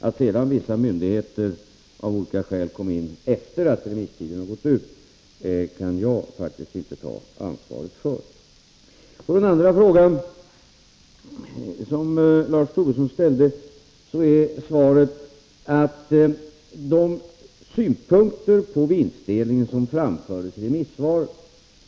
Att sedan vissa myndigheter av olika skäl kom in med sina remissvar efter det att remisstiden gått ut kan jag faktiskt inte ta ansvaret för. Den andra fråga som Lars Tobisson ställde gällde de synpunkter på vinstdelningen som framfördes i remissvaren.